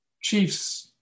Chiefs